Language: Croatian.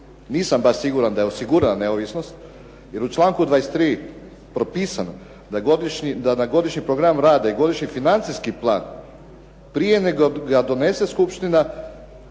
nisam baš siguran da je osigurana neovisnost, jer u članku 23. propisano je da na godišnji program rada i godišnji financijski plan prije nego ga donese skupština